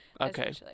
Okay